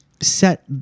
set